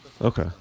Okay